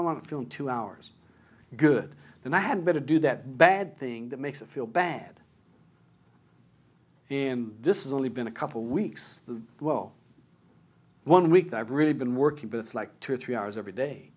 i want to feel two hours good than i had better do that bad thing that makes it feel bad and this is only been a couple weeks the well one week that i've really been working but it's like two or three hours every day